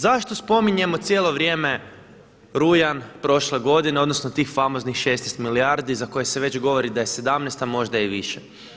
Zašto spominjemo cijelo vrijeme rujan prošle godine odnosno tih famoznih 16 milijardi za koje se već govori da je 17, a možda i više?